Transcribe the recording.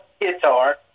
guitar